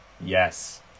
yes